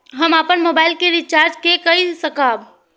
हम अपन मोबाइल के रिचार्ज के कई सकाब?